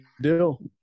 Deal